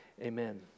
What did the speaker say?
amen